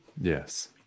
Yes